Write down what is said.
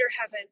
heaven